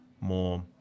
more